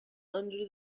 under